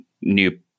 new